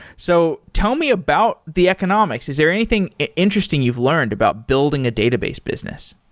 so, tell me about the economics. is there anything interesting you've learned about building a database business?